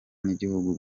n’igihugu